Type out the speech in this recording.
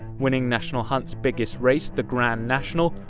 winning national hunt's biggest race, the grand national,